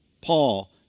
Paul